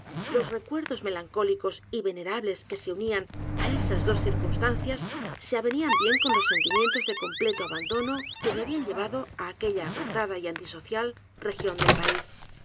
los recuerdos melancólicos y venerables que se unían á esas dos circunstancias se avenían bien con los sentimientos de completo abandono que me habían llevado á aquella apartada y antisocial región del país sin